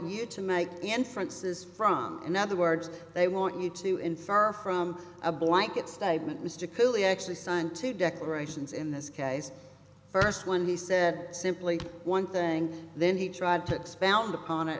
you to make inferences from in other words they want you to infer from a blanket statement mr cooley actually signed two declarations in this case first when he said simply one thing then he tried to expound upon it